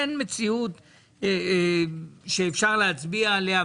אין מציאות שאפשר להצביע עליה,